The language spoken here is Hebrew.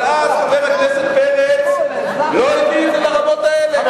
אבל אז חבר הכנסת פרץ לא הביא את זה לרמות האלה.